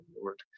Lord